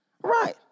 Right